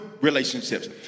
relationships